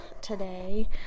today